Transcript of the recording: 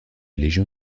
légion